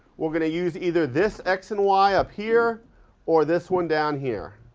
we're going to use either this x and y up here or this one down here.